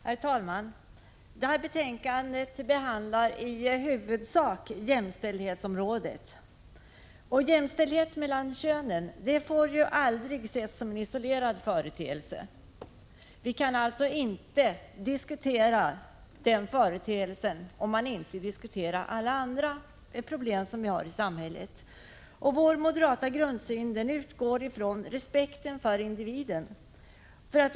Herr talman! Detta betänkande behandlar i huvudsak jämställdhetsområdet. Jämställdhet mellan könen får aldrig ses som en isolerad företeelse. Vi kan alltså inte diskutera den företeelsen, om vi inte diskuterar alla andra problem i samhället. Vår moderata grundsyn utgår från respekten för individen.